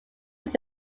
were